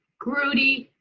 gruddy.